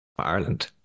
Ireland